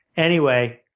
anyway,